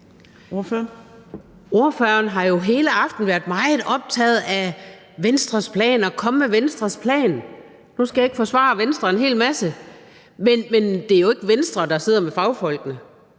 Ordføreren har jo hele aftenen været meget optaget af Venstres plan og har sagt: Kom med Venstres plan. Nu skal jeg ikke forsvare Venstre, men det er jo ikke Venstre, der sidder med fagfolkene.